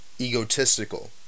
egotistical